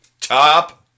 top